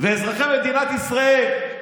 אזרחי מדינת ישראל,